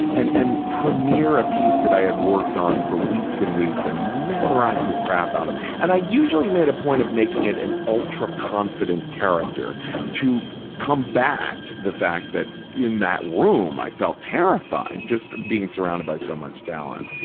and and premiere a piece that i had worked on for weeks and weeks and memorized the crap out of, and i usually made a point of making it an ultra-confident character to combat the fact that, in that room, i felt terrified just being surrounded by so much talent.